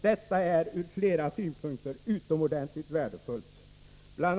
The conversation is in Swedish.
Detta är ur flera synpunkter utomordentligt värdefullt. Bl.